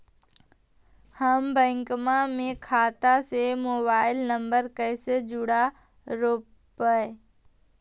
हम बैंक में खाता से मोबाईल नंबर कैसे जोड़ रोपबै?